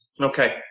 Okay